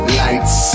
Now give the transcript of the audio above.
lights